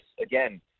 again